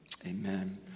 Amen